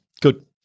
Good